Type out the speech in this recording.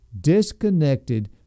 disconnected